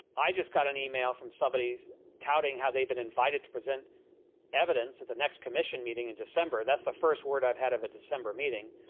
i just got an e-mail from somebody who's touting how they've been invited to present evidence that the next commission meeting in december. that's the first word i've had of a december meeting.